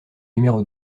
numéro